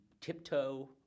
tiptoe –